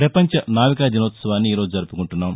పపంచ నావికా దినోత్సవాన్ని ఈరోజు జరుపుకుంటున్నాం